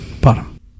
Bottom